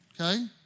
okay